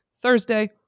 Thursday